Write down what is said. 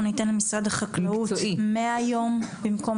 אנחנו ניתן למשרד החקלאות 100 יום במקום